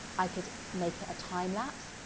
i could make it a time lapse,